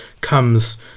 comes